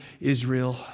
Israel